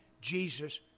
Jesus